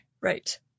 Right